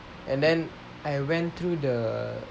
and then I went through the